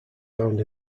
found